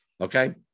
Okay